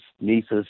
nieces